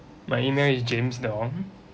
my email is james dom